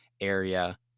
area